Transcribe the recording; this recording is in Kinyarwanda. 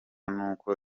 n’uko